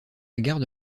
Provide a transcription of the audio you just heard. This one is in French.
garde